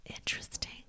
Interesting